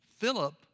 Philip